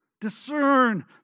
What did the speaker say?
Discern